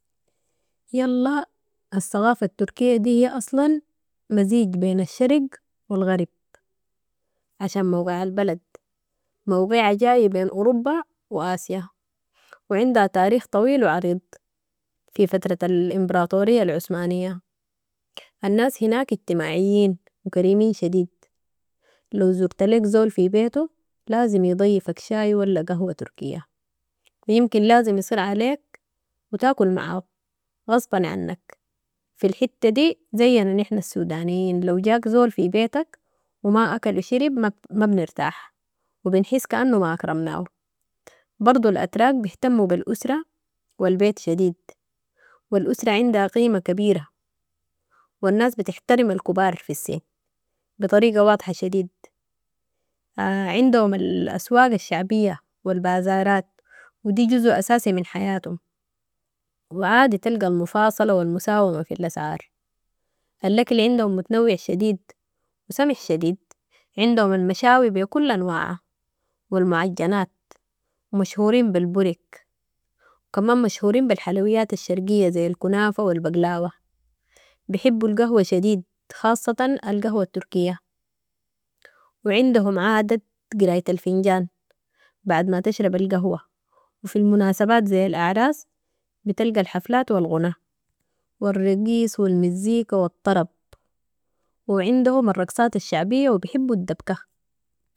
يلا الثقافة التركية دي هي اصلا مزيج بين الشرق و الغرب، عشان موقع البلد، موقعها جاي بين اوروبا و آسيا و عندها تاريخ طويل وعريض في فترة الامبراطورية العثمانية. الناس هناك اجتماعيين و كريمين شديد، لو زرت ليك زول في بيتو، لازم يضيفك شاي ولا قهوة تركية و يمكن لازم يصر عليك و ت اكل معاهو غصبا عنك، في الحتة دي زينا نحن السودانيين، لو جاك زول في بيتك و ما اكل و شرب ما بنرتاح و بنحس كانو ما اكرمناهو. برضو الااتراك بهتموا بالاسرة و البيت شديد و الاسرة عندها قيمة كبيرة و الناس بتحترم الكبار في السن بطريقة واضحة شديد. عندهم ال اسواق الشعبية و البازارات و دي جزو اساسي من حياتهم و عادي تلقي المفاصلة و المساومة في ال اسعار. ال اكل عندهم متنوع شديد و سمح شديد، عندهم المشاوي بي كل انواعها و المعجنات و مشهورين بالبوريك، كمان مشهورين بالحلويات الشرقية زي الكنافة و البقلاوة. بحبو القهوة شديد، خاصة القهوة التركية وعندهم عادة قراية الفنجان بعد ما تشرب القهوة و في المناسبات زي ال اعراس بتلقى الحفلات و الغناء و الرقيص و المزيكا و الطرب و عندهم الرقصات الشعبية و بحبو الدبكة.